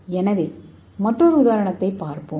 எனவே மற்றொரு உதாரணத்தைப் பார்ப்போம்